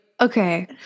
Okay